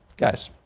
guys.